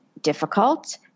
difficult